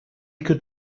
could